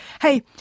Hey